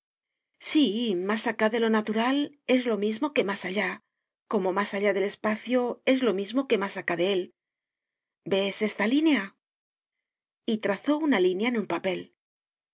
sí más acá de lo natural es lo mismo que más allá como más allá del espacio es lo mismo que más acá de él ves esta línea y trazó una línea en un papel